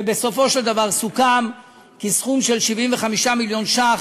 ובסופו של דבר סוכם כי סך 75 מיליון ש"ח